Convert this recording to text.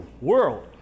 world